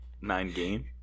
Nine-game